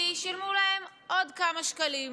כי שילמו להם עוד כמה שקלים,